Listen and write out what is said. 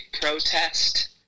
protest